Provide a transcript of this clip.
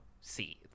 see